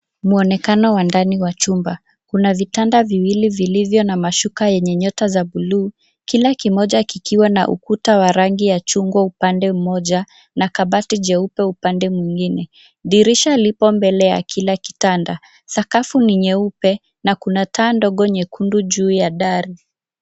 Mwonekano wa ndani wa chumba. Kuna vitanda viwili vilivyo na mashuka yenye nyota za buluu, kila kimoja kikiwa na ukuta wa rangi ya chungwa upande moja na kabati jeupe upande mwingine. Dirisha lipo mbele ya kila kitanda. Sakafuni nyeupe na kuna taa ndogo nyekundu juu ya dari.